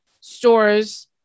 stores